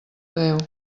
adéu